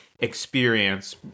experience